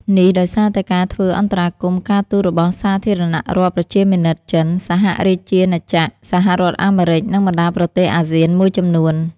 នេះដោយសារតែការធ្វើអន្តរាគមន៍ការទូតរបស់សាធារណរដ្ឋប្រជាមានិតចិន សហរាជាណាចក្រ សហរដ្ឋអាមេរិក និងបណ្តាប្រទេសអាស៊ានមួយចំនួន។